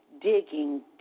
digging